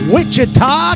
Wichita